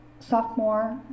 Sophomore